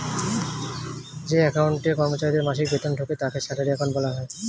যে অ্যাকাউন্টে কর্মচারীদের মাসিক বেতন ঢোকে তাকে স্যালারি অ্যাকাউন্ট বলা হয়